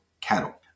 Cattle